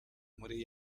muri